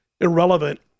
irrelevant